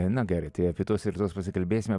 na gerai tai apie tuos ir tuos pasikalbėsime